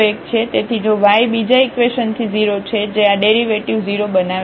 તેથી જો y બીજા ઇકવેશન થી 0 છે જે આ ડેરિવેટિવ 0 બનાવે છે